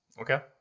Okay